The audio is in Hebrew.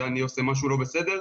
שאני עושה משהו לא בסדר.